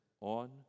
on